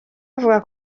bavuga